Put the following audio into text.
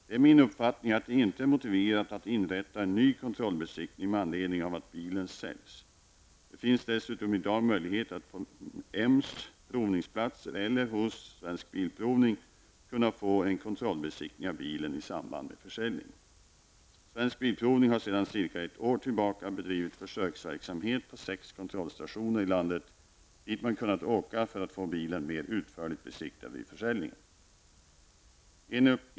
Det är min uppfattning att det inte är motiverat att inrätta en ny kontrollbesiktning med anledning av att bilen säljs. Det finns dessutom i dag möjlighet att på Ms provningsplatser eller hos Svensk Bilprovning kunna få en kontrollbesiktning av bilen i samband med försäljning. Svensk Bilprovning har sedan cirka ett år tillbaka bedrivit försöksverksamhet på sex kontrollstationer i landet dit man kunnat åka för att få bilen mer utförligt besiktigad vid försäljning.